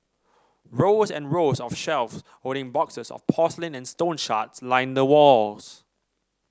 rows and rows of shelves holding boxes of porcelain and stone shards line the walls